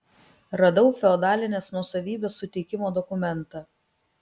radau feodalinės nuosavybės suteikimo dokumentą